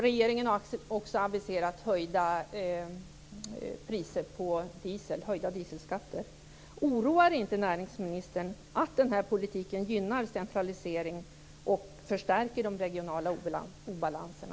Regeringen har också aviserat höjda priser på diesel, höjda dieselskatter. Oroar det inte näringsministern att den här politiken gynnar centralisering och förstärker de regionala obalanserna?